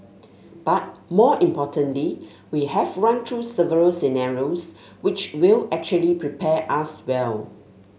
but more importantly we have run through several scenarios which will actually prepare us well